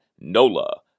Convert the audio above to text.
NOLA